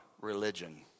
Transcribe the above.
religion